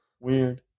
weird